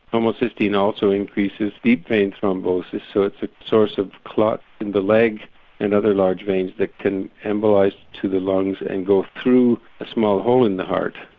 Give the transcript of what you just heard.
um ah also increases deep vein thrombosis so it's a source of clot in the leg and other large veins that can embolise to the lungs and go through a small hole in the heart,